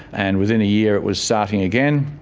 and within a year it was starting again,